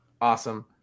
awesome